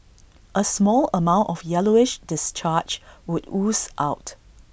A small amount of yellowish discharge would ooze out